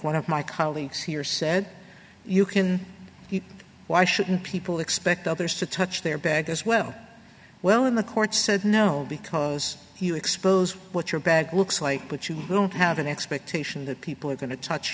one of my colleagues here said you can keep why shouldn't people expect others to touch their bag as well well in the court said no because he exposed what your bag looks like but you don't have an expectation that people are going to touch